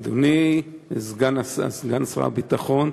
אדוני סגן שר הביטחון,